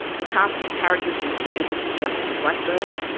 the cast of characters included mr justice blackburn,